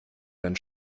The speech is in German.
dein